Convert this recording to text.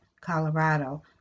Colorado